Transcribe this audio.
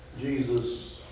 Jesus